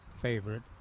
favorite